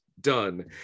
done